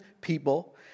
people